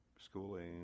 schooling